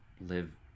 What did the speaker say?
live